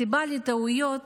הסיבה לטעויות